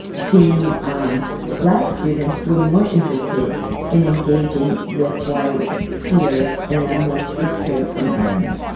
the um black students were more interested in engaging with white peers in a more structured environment.